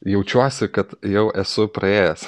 jaučiuosi kad jau esu praėjęs